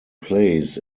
plays